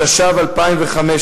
התשע"ו 2015,